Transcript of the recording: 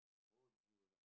bo jio ன்னா:nnaa